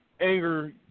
Anger